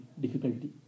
difficulty